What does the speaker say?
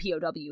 POW